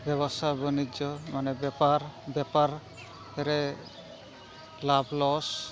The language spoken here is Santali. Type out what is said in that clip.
ᱥᱮ ᱵᱮᱵᱽᱥᱟᱼᱵᱟᱱᱤᱡᱽᱡᱚ ᱢᱟᱱᱮ ᱵᱮᱯᱟᱨ ᱵᱮᱯᱟᱨ ᱨᱮ ᱞᱟᱵᱷᱼᱞᱚᱥ